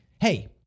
Hey